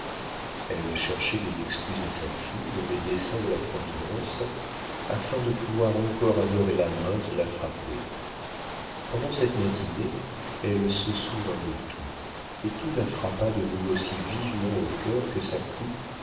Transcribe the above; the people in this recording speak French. elle cherchait des excuses à sa fille dans les desseins de la providence afin de pouvoir encore adorer la main qui la frappait pendant cette matinée elle se souvint de tout et tout la frappa de nouveau si vivement au cœur que sa